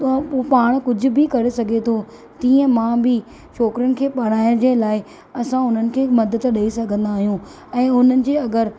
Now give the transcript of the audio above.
पाण कुझ बि करे सघे थो तीअं मां बि छोकिरियुनि खे पढ़ाइण जे लाइ असां उन्हनि खे मदद ॾेई सघंदा आहियूं ऐं उन्हनि जे अगरि